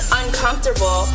uncomfortable